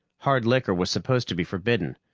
hard liquor was supposed to be forbidden,